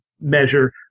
measure